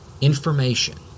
information